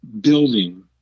building